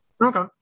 Okay